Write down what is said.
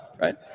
right